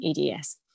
EDS